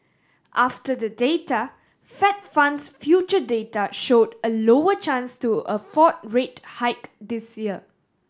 after the data Fed funds future data showed a lower chance to a fourth rate hike this year